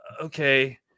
okay